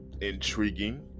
intriguing